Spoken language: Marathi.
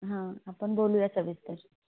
हं आपण बोलू या सविस्तर